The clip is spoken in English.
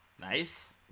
Nice